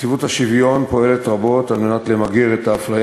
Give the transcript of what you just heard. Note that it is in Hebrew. נציבות השוויון פועלת רבות על מנת למגר את האפליה